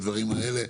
בדברים האלה?